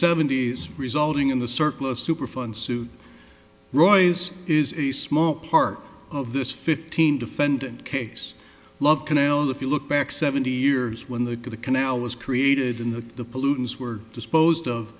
seventy's resulting in the surplus superfund suit royce is a small part of this fifteen defendant case love canal if you look back seventy years when they get the canal was created in the the pollutants were disposed of